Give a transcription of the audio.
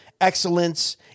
excellence